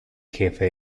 jefe